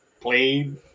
played